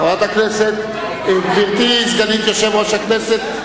גברתי סגנית יושב-ראש הכנסת,